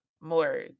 more